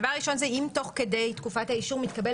דבר ראשון זה אם תוך כדי תקופת האישור מתקבל